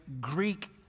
Greek